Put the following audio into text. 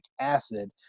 acid